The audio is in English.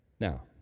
Now